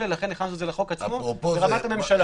לכן הכנסנו את זה לחוק עצמו ברמת הממשלה.